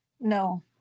No